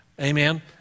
Amen